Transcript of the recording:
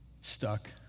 Stuck